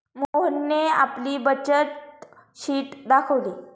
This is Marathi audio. मोहनने आपली बचत शीट दाखवली